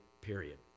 period